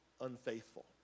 unfaithful